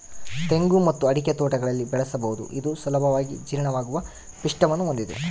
ತೆಂಗು ಮತ್ತು ಅಡಿಕೆ ತೋಟಗಳಲ್ಲಿ ಬೆಳೆಸಬಹುದು ಇದು ಸುಲಭವಾಗಿ ಜೀರ್ಣವಾಗುವ ಪಿಷ್ಟವನ್ನು ಹೊಂದಿದೆ